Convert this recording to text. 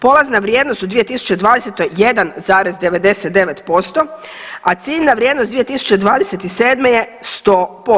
Polazna vrijednost u 2020. 1,99%, a ciljna vrijednost 2027. je 100%